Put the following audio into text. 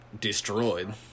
destroyed